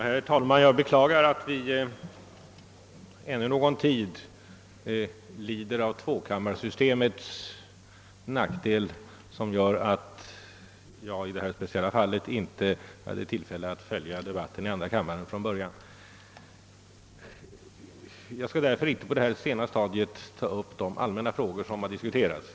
Herr talman! Jag beklagar att vi ännu någon tid får dras med tvåkammarsystemets nackdelar, som i detta speciella fall har medfört att jag inte haft tillfälle att följa debatten från början här i kammaren. Därför skall jag inte på detta sena stadium ta upp de allmänna frågor som här diskuterats.